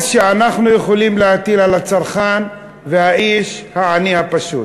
שאנחנו יכולים להטיל על הצרכן והאיש העני הפשוט,